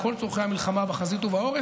לכל צורכי המלחמה בחזית ובעורף,